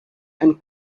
and